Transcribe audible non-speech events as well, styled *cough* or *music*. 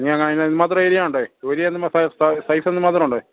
ഞങ്ങൾ അതിനുമാത്രം ഏരിയ ഉണ്ടോ *unintelligible* സൈസ് എന്ത് മാത്രം ഉണ്ട്